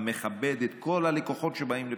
המכבד את כל הלקוחות שבאים בפתחו.